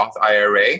IRA